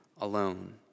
alone